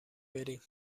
بریم